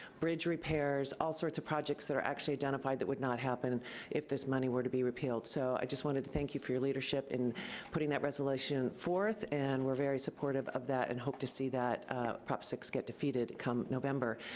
bridge repairs, all sorts of projects that are actually identified that would not happen if this money were to be repealed, so i just wanted thank you for your leadership in putting that resolution forth, and we're very supportive of that, and hope to see that prop six get defeated come november.